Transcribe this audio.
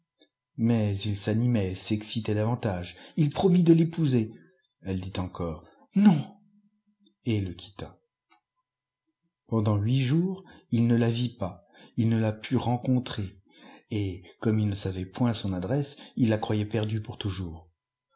mais il s'animait s'excitait davantage ii promit de l'épouser elle dit encore non et le quitta pendant huit jours il ne la vit pas ii ne la put rencontrer et comme il ne savait point son adresse il la croyait perdue pour toujours